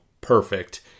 perfect